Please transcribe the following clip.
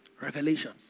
revelation